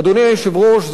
אדוני היושב-ראש,